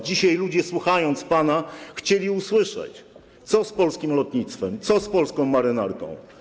Dzisiaj ludzie, słuchając pana, chcieli usłyszeć, co z polskim lotnictwem, co z polską marynarką.